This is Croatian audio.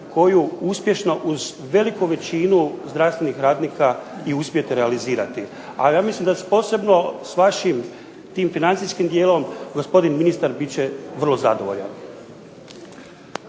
koju uspješno uz veliku većinu zdravstvenih radnika i uspijete realizirati. Ali ja mislim da, posebno s vašim tim financijskim dijelom, gospodin ministar bit će vrlo zadovoljan.